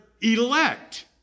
elect